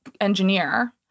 engineer